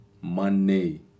Money